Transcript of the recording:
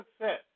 success